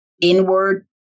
inward